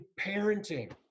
parenting